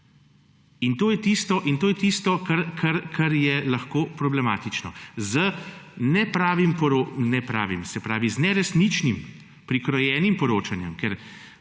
in to je tisto, kar je lahko problematično z nepravnim se pravi z neresničnim prikrojenim poročanjem, ker